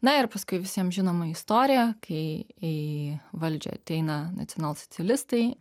na ir paskui visiem žinoma istorija kai į valdžią ateina nacionalsocialistai